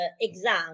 exam